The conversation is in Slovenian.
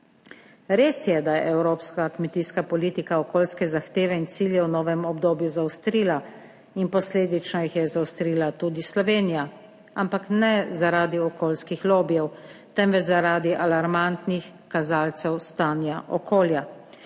Res je, da je evropska kmetijska politika okolijske zahteve in cilje v novem obdobju zaostrila in posledično jih je zaostrila tudi Slovenija, ampak ne, zaradi okolijskih lobijev temveč, zaradi alarmantnih kazalcev stanja okolja.